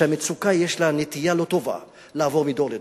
כי המצוקה, יש לה נטייה לא טובה לעבור מדור לדור,